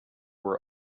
were